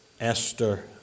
Esther